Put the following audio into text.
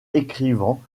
écrivant